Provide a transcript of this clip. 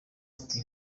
ati